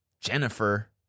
Jennifer